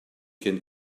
can